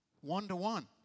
one-to-one